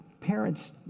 parents